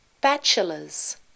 Bachelors